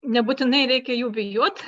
nebūtinai reikia jų bijot